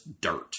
dirt